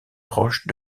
proche